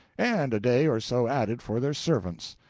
and a day or so added for their servants.